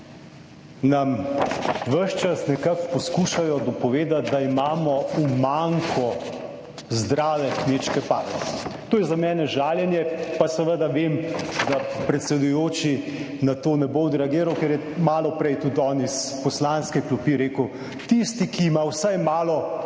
nam ves čas nekako poskušajo dopovedati, da imamo manko zdrave kmečke palice. To je za mene žaljenje, pa seveda vem, da predsedujoči na to ne bo odreagiral, ker je malo prej tudi on iz poslanske klopi rekel: »Tisti, ki ima vsaj malo